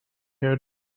code